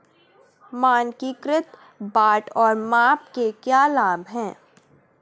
मानकीकृत बाट और माप के क्या लाभ हैं?